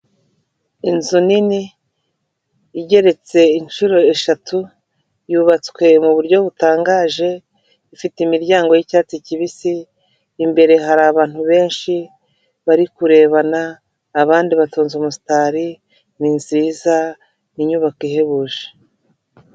Inzu nini, igeretse inshuro eshatu, yubatswe mu buryo butangaje, ifite imiryango y'icyatsi kibisi, imbere hari abantu benshi bari kurebana, abandi batonze umusitari, ni nziza, ni inyubako ihebuje.